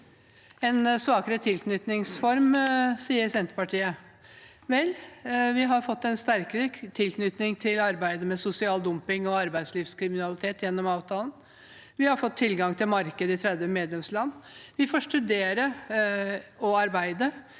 en svakere tilknytningsform. Vel, vi har fått en sterkere tilknytning til arbeidet mot sosial dumping og arbeidslivskriminalitet, gjennom avtalen. Vi har fått tilgang til marked i 30 medlemsland. Vi får studere og arbeide